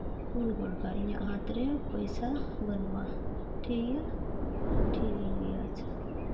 ᱠᱩᱞ ᱜᱚᱫ ᱠᱟᱜᱼᱟ ᱤᱧᱟᱹᱜ ᱦᱟᱛ ᱨᱮ ᱯᱚᱭᱥᱟ ᱵᱟᱹᱱᱩᱜᱼᱟ ᱴᱷᱤᱠ ᱜᱮᱭᱟ ᱴᱷᱤᱠ ᱜᱮᱭᱟ ᱟᱪᱪᱷᱟ